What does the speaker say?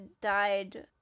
died